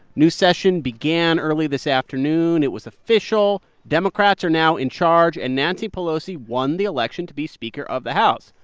new session began early this afternoon. it was official. democrats are now in charge. and nancy pelosi won the election to be speaker of the house.